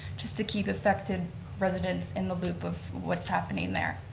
just to keep affected residents in the loop of what's happening there.